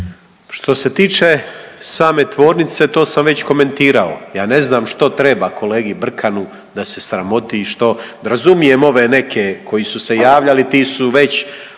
Što se tiče same tvornice, to sam već komentirao, ja ne znam što treba kolegi Brkanu da se sramoti što razumijem ove neke koji su se javljali, ti su već